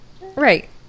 Right